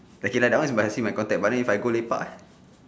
okay lah that one must see my contact but then if I go lepak